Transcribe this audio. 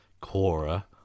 Cora